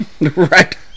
Right